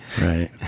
Right